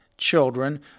children